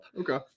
Okay